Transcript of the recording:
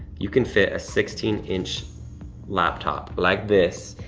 you can fit a sixteen inch laptop, like this,